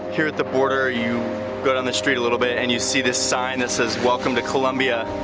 here at the border, you go down the street a little bit, and you see this sign that says welcome to colombia.